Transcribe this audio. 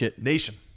nation